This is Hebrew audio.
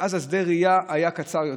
שאז שדה הראייה היה קצר יותר.